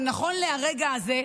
אבל נכון לרגע הזה,